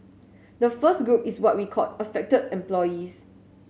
the first group is what we called affected employees